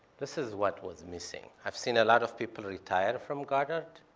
this is what was missing. i've seen a lot of people retire from goddard.